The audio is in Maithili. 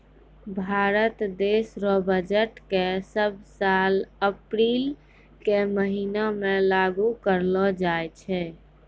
भारत देश रो बजट के सब साल अप्रील के महीना मे लागू करलो जाय छै